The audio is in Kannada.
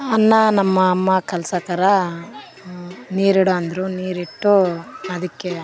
ಅನ್ನ ನಮ್ಮ ಅಮ್ಮ ಕಲ್ಸತರಾ ನೀರಿಡೋ ಅಂದರು ನೀರಿಟ್ಟೂ ಅದಕ್ಕೆ